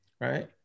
Right